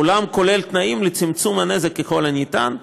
אולם כולל תנאים לצמצום הנזק ככל האפשר,